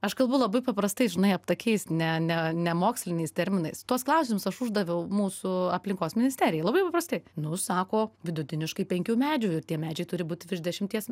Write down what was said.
aš kalbu labai paprastai žinai aptakiais ne ne ne moksliniais terminais tuos klausimus aš uždaviau mūsų aplinkos ministerijai labai paprastai nu sako vidutiniškai penkių medžių tie medžiai turi būt virš dešimties